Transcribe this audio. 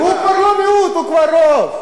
והוא כבר לא מיעוט, הוא כבר רוב.